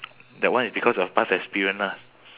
that one is because of past experience lah